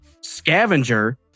scavenger